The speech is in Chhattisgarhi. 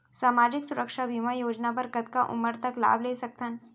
सामाजिक सुरक्षा बीमा योजना बर कतका उमर तक लाभ ले सकथन?